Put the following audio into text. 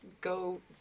go